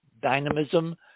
dynamism